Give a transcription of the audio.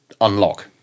unlock